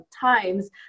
times